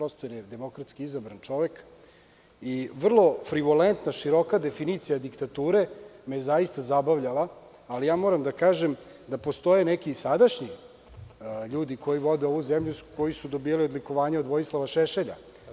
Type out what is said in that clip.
On je demokratski izabran čovek i vrlo frigolentna, široka definicija diktature me je zaista zabavljala, ali moram da kažem da postoje i neki sadašnji ljudi koji vode ovu zemlju, koji su dobijali odlikovanja od Vojislava Šešelja.